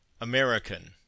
american